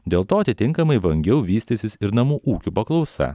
dėl to atitinkamai vangiau vystysis ir namų ūkių paklausa